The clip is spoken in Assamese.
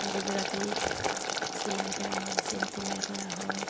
গুজৰাটী চিলাই কৰা হয় চেইন চিলাই কৰা হয়